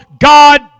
God